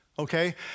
okay